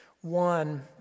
one